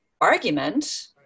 argument